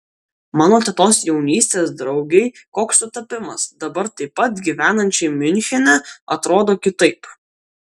mano tetos jaunystės draugei koks sutapimas dabar taip pat gyvenančiai miunchene atrodo kitaip